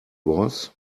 was